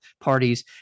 parties